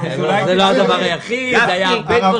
זה לא הדבר היחיד, היו הרבה דברים.